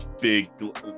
big